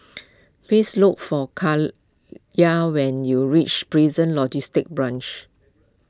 please look for Kiya when you reach Prison Logistic Branch